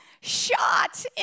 shot